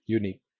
unique